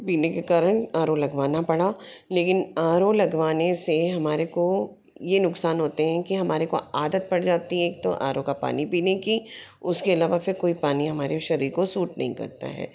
पीने के कारण आर ओ लगवाना पड़ा लेकिन आर ओ लगवाने से हमारे को ये नुक़सान होते हैं कि हमारे को आदत पड़ जाती हैं एक तो आर ओ का पानी पीने की उसके अलावा फिर कोई पानी हमारे शरीर को सूट नहीं करता है